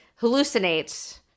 hallucinates